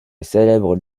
célèbre